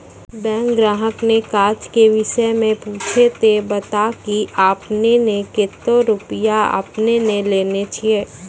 Bank ग्राहक ने काज के विषय मे पुछे ते बता की आपने ने कतो रुपिया आपने ने लेने छिए?